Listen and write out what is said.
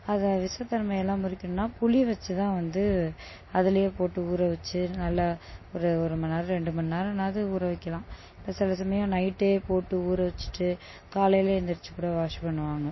அதை விஷத் தன்மையெல்லாம் முறிக்கணும்னால் புளி வச்சி தான் வந்து அதுலேயே போட்டு ஊற வச்சி நல்லா ஒரு ஒரு மணிநேரம் ரெண்டு மணிநேரனாது ஊற வைக்கலாம் சில சமயம் நைட்டே போட்டு ஊற வச்சிட்டு காலையில் எழுந்துருச்சு கூட வாஷ் பண்ணுவாங்க